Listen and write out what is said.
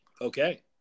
Okay